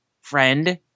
friend